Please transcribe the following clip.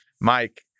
Mike